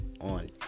on